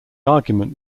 argument